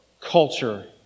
culture